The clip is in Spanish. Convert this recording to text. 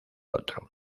otro